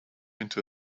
into